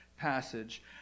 passage